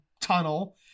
tunnel